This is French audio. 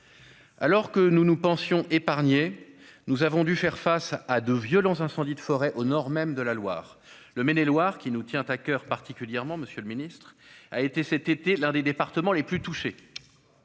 Alors que nous nous pensions épargnés, nous avons dû faire face à de violents incendies de forêt au nord même de la Loire. Le Maine-et-Loire, qui nous tient à coeur particulièrement, monsieur le ministre, a été cet été l'un des départements les plus touchés.